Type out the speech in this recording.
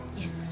Yes